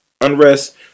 unrest